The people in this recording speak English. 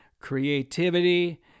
creativity